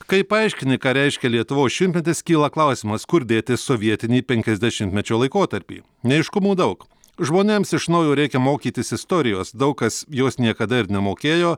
kai paaiškini ką reiškia lietuvos šimtmetis kyla klausimas kur dėti sovietinį penkiasdešimtmečio laikotarpį neaiškumų daug žmonėms iš naujo reikia mokytis istorijos daug kas jos niekada ir nemokėjo